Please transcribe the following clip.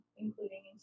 including